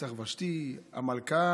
רצח ושתי, המלכה